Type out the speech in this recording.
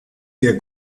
der